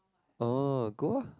oh go ah